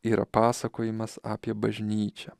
yra pasakojimas apie bažnyčią